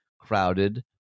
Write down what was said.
crowded